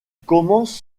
commence